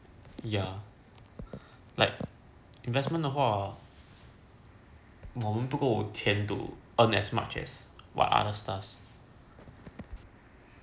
ya like investment 的话我们不够钱 to earn as much as what other does